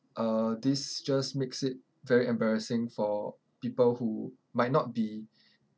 uh this just makes it very embarrassing for people who might not be